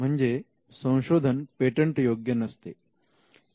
म्हणजे संशोधन पेटंट योग्य नसते